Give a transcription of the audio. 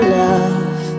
love